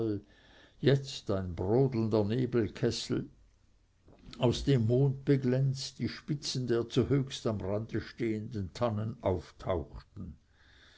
jetzt ein brodelnder nebelkessel aus dem mondbeglänzt die spitzen der zuhöchst am rande stehenden tannen auftauchten